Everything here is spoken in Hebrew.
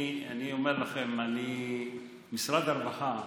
אני אומר לכם, משרד הרווחה,